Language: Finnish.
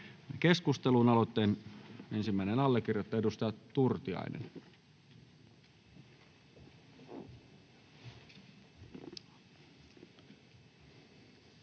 keskusteluun. Aloitteen ensimmäinen allekirjoittaja, edustaja Turtiainen.